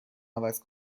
عوض